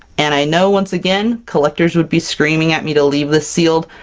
and i know once again, collectors would be screaming at me to leave this sealed.